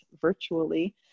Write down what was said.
virtually